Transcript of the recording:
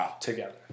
together